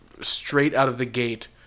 straight-out-of-the-gate